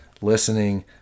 listening